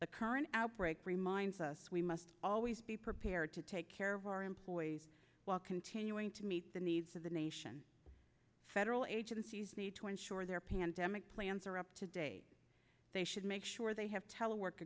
the current outbreak reminds us we must always be prepared to take care of our employees while continuing to meet the needs of the nation federal agencies need to ensure their pandemic plans are up to date they should make sure they have t